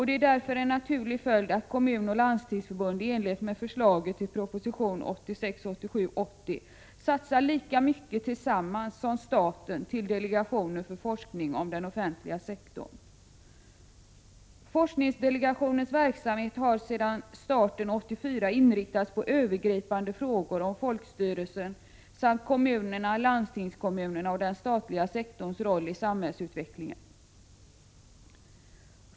Det är därför en naturlig följd att Kommunförbundet och Landstingsförbundet i enlighet med förslaget i proposition 1986/ 87:80 tillsammans satsar lika mycket som staten till delegationen för forskning om den offentliga sektorn. Forskningsdelegationens verksamhet har sedan starten 1984 inriktats på övergripande frågor om folkstyrelsen samt kommunernas, landstingskommunernas och den statliga sektorns roll i samhällsutvecklingen.